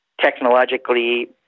technologically